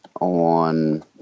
on